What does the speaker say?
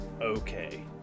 okay